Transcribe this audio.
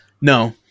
No